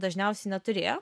dažniausiai neturėjo